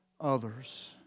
others